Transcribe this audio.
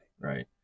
Right